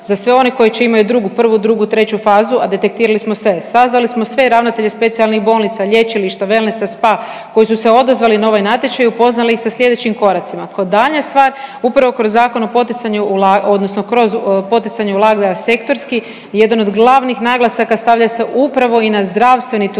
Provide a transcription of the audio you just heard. za sve oni koji već imaju 1, 2, 3 fazu a detektirali smo sve. Sazvali smo ravnatelje specijalnih bolnica, lječilišta, wellnessa, spa, koji su se odazvali na ovaj natječaj i upoznali ih sa slijedećim koracima. Kao daljnja stvar upravo kroz Zakon o poticanju odnosno kroz poticanje ulaganja sektorskih jedan od glavnih naglasaka stavlja se upravo i na zdravstveni turizam.